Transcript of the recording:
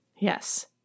Yes